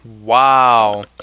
Wow